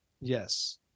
Yes